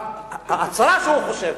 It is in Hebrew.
רק הצרה שהוא חושב.